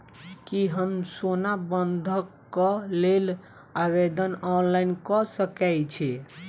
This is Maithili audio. की हम सोना बंधन कऽ लेल आवेदन ऑनलाइन कऽ सकै छी?